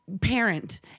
parent